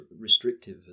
restrictive